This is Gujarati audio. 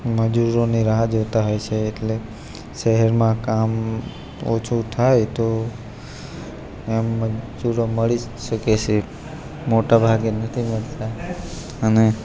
મજૂરોની રાહ જોતા હોય છે એટલે શહેરમાં કામ ઓછું થાય તો એમ મજૂરો મળી શકે છે મોટા ભાગે નથી મળતા અને